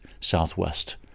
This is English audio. southwest